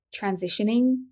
transitioning